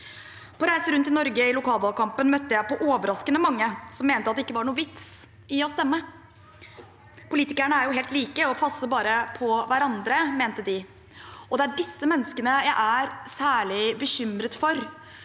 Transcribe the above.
På reise rundt i Norge i lokalvalgkampen møtte jeg på overraskende mange som mente at det ikke var noen vits i å stemme. Politikerne er jo helt like og passer bare på hverandre, mente de. Det er disse menneskene jeg er særlig bekymret for.